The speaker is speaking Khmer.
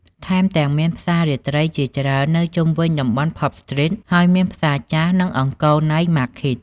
ថែមទាំងមានផ្សាររាត្រីជាច្រើននៅជុំវិញតំបន់ផាប់ស្ទ្រីត ហើយមានផ្សារចាស់ និង អង្គរណាយ ម៉ាឃីត (Angkor Night Market)។